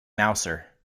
mouser